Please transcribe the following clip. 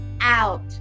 out